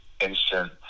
instant